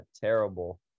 terrible